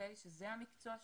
שזה המקצוע שלהם,